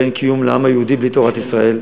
ואין קיום לעם היהודי בלי תורת ישראל,